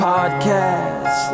Podcast